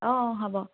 অঁ অঁ হ'ব